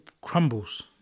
crumbles